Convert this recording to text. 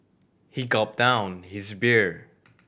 he gulped down his beer